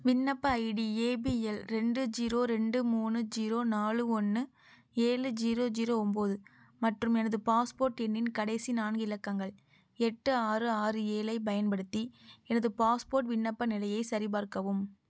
விண்ணப்ப ID APL ரெண்டு zero ரெண்டு மூணு ஜீரோ நாலு ஒன்று ஏழு ஜீரோ ஜீரோ ஒன்போது மற்றும் எனது பாஸ்போர்ட் எண்ணின் கடைசி நான்கு இலக்கங்கள் எட்டு ஆறு ஆறு ஏழைப் பயன்படுத்தி எனது பாஸ்போர்ட் விண்ணப்ப நிலையை சரி பார்க்கவும்